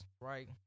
right